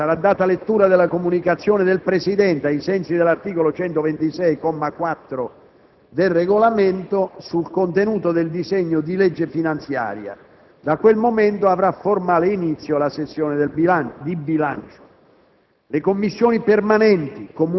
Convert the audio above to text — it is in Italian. A conclusione di tale seduta, sarà data lettura della comunicazione del Presidente ai sensi dell'articolo 126, comma 4, del Regolamento, sul contenuto del disegno di legge finanziaria. Da quel momento avrà formale inizio la sessione di bilancio.